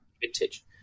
vintage